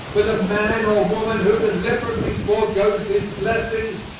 but the man or woman who deliberately foregoes these blessings,